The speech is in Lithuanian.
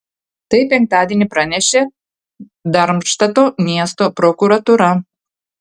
tai penktadienį pranešė darmštato miesto prokuratūra